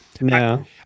no